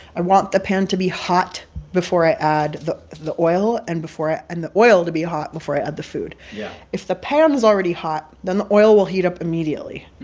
i want the pan to be hot before i add the the oil and before i and the oil to be hot before i add the food yeah if the pan's already hot, then the oil will heat up immediately.